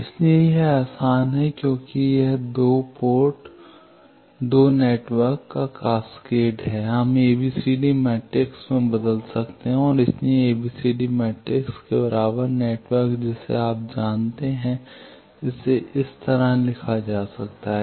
इसलिए यह आसान है क्योंकि यह 2 नेटवर्क का कैस्केड है हम ABCD मैट्रिक्स में बदल सकते हैं और इसलिए ABCD मैट्रिक्स के बराबर नेटवर्क जिसे आप जानते हैं कि इसे इस तरह लिखा जा सकता है